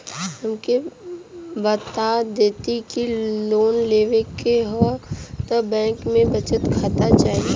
हमके बता देती की लोन लेवे के हव त बैंक में बचत खाता चाही?